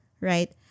right